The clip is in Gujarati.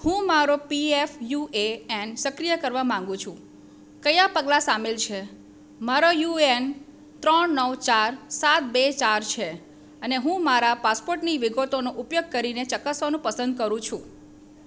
હું મારો પીએફ યુ એ એન સક્રિય કરવા માગું છું કયા પગલાં સામેલ છે મારો યુએએન ત્રણ નવ ચાર સાત બે ચાર છે અને હું મારા પાસપોર્ટની વિગતોનો ઉપયોગ કરીને ચકાસવાનું પસંદ કરું છું